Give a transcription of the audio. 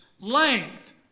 length